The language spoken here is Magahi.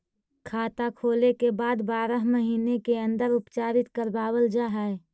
खाता खोले के बाद बारह महिने के अंदर उपचारित करवावल जा है?